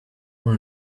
more